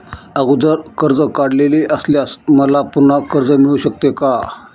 अगोदर कर्ज काढलेले असल्यास मला पुन्हा कर्ज मिळू शकते का?